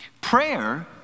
Prayer